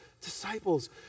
disciples